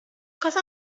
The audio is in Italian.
cosa